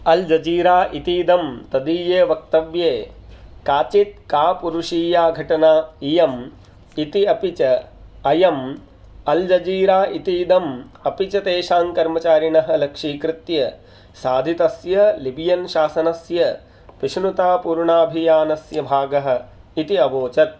अल् Jazeera इत्येदं तदीये वक्तव्ये काचित् कापुरुषीया घटना इयम् इति अपि च अयम् अल् जजीरा इत्येदम् अपि च तेषां कर्मचारिणः लक्ष्यीकृत्य साधितस्य लिबियन् शासनस्य पिशुनतापूर्णाभियानस्य भागः इति अवोचत्